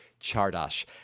Chardash